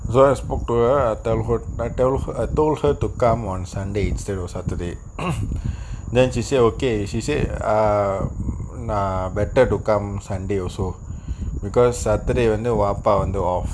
first I spoke to her I tell her told I told her to come on sunday instead of saturday then she say okay she say err um better to come sunday also because saturday வந்து வாப்பா வந்து:vanthu vaapa vanthu off